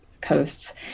coasts